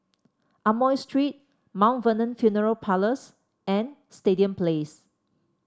Amoy Street Mount Vernon Funeral Parlours and Stadium Place